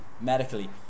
Medically